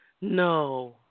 No